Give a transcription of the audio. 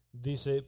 Dice